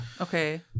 okay